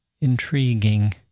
Intriguing